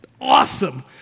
awesome